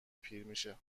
پیرمیشه